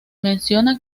menciona